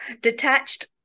detached